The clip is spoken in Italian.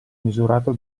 misurato